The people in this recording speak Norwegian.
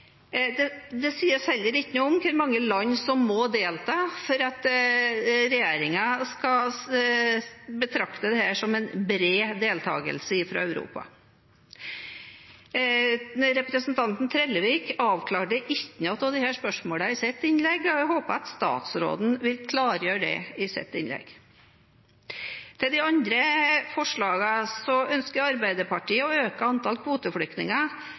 Det sies heller ikke noe om hvor mange land som må delta for at regjeringen skal betrakte dette som en bred deltakelse fra Europa. Representanten Trellevik avklarte ingen av disse spørsmålene i sitt innlegg, så jeg håper statsråden vil klargjøre det i sitt innlegg. Til de andre forslagene: Arbeiderpartiet ønsker å øke antall kvoteflyktninger